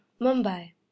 Mumbai